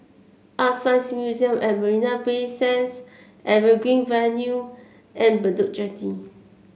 Art Science Museum at Marina Bay Sands Evergreen Avenue and Bedok Jetty